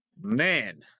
man